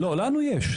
לנו יש.